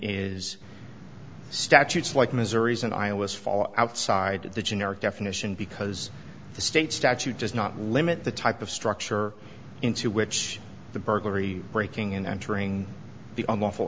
is statutes like missouri's and iowa's fall outside the generic definition because the state statute does not limit the type of structure into which the burglary breaking and entering the on lawful